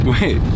Wait